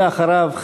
ואחריו,